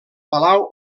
palau